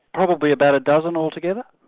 probably about a dozen altogether.